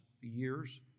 years